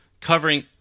covering